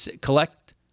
collect